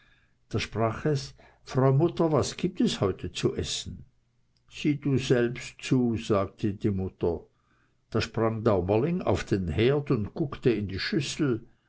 da sprach es frau mutter was gibts heute zu essen sieh du selbst zu sagte die mutter da sprang daumerling auf den herd und guckte in die schüssel